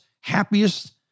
happiest